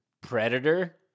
Predator